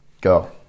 Go